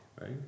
right